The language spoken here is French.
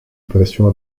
pression